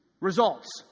results